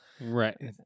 right